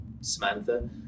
Samantha